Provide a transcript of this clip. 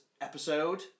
episode